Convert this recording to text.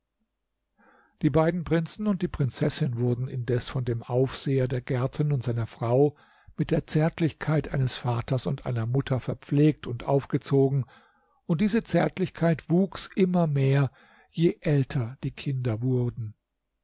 die beiden prinzen und die prinzessin wurden indes von dem aufseher der gärten und seiner frau mit der zärtlichkeit eines vaters und einer mutter verpflegt und aufgezogen und diese zärtlichkeit wuchs immer mehr je älter die kinder wurden